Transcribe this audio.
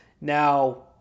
Now